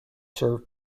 served